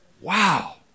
Wow